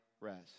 rest